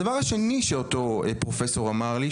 הדבר השני שאותו פרופסור אמר לי,